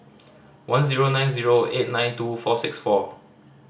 one zero nine zero eight nine two four six four